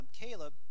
Caleb